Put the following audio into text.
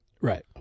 Right